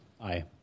Aye